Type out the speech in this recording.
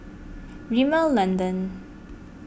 Rimmel London